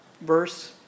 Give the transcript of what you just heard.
verse